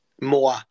more